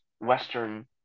Western